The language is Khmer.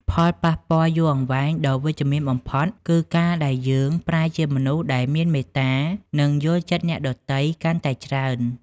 ផលប៉ះពាល់យូរអង្វែងដ៏វិជ្ជមានបំផុត គឺការដែលយើងប្រែជាមនុស្សដែលមានមេត្តា និងយល់ចិត្តអ្នកដទៃកាន់តែច្រើន។